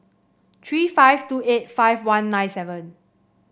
three five two eight five one nine seven